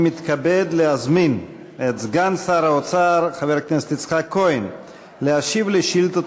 אני מתכבד להזמין את סגן שר האוצר חבר הכנסת יצחק כהן להשיב על שאילתה